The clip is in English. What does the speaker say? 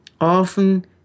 Often